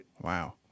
Wow